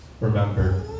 remember